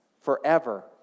forever